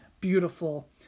beautiful